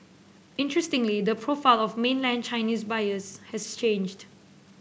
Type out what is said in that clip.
interestingly the profile of mainland Chinese buyers has changed